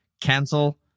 cancel